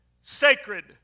sacred